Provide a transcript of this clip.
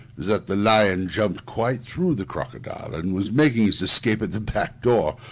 that the lion jumped quite through the crocodile, and was making his escape at the back door,